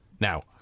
Now